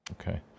Okay